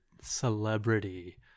celebrity